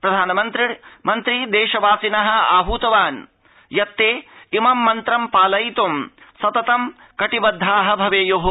प्रधानमन्त्री देशवासिनः आहतवान् यत् ते इमं मन्त्रं पालयित्ं सततं कटिबद्धाः भवेय़ः